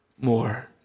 more